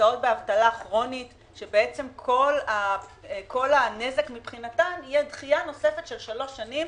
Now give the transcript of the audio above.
שנמצאות באבטלה כרונית שכל הנזק מבחינתן יהיה דחייה נוספת של שלוש שנים